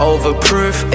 Overproof